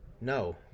no